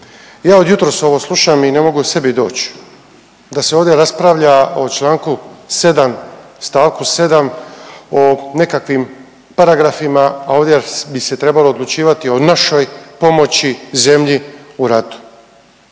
ja od jutros ovo slušam i ne mogu sebi doći, da se ovdje raspravlja o Članku 7. stavku 7. o nekakvim paragrafima, a ovdje bi se trebalo odlučivati o našoj pomoći zemlji u ratu.